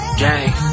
gang